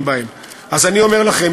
אז אני אומר לכם,